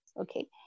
okay